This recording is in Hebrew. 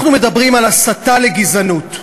אנחנו מדברים על הסתה לגזענות,